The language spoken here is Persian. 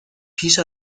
پیش